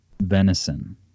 venison